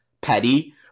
petty